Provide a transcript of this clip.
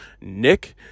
nick